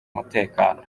umutekano